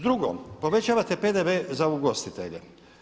Drugo, povećavate PDV za ugostitelje.